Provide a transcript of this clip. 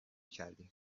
کردیم